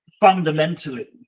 fundamentally